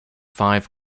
five